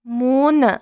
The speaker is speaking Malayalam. മൂന്ന്